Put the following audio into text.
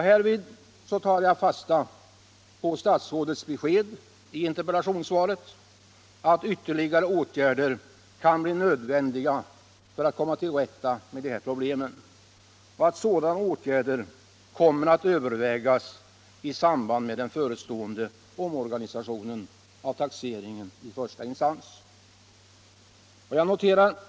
Härvid tar jag fasta på statsrådets besked i interpellationssvaret att ”ytterligare åtgärder kan bli nödvändiga för att komma till rätta med den på sina håll besvärande arbetssituationen hos länsskatterätterna. Sådana åtgärder kommer att övervägas i samband med den förestående omorganisationen av taxeringen i första instans.” Herr talman!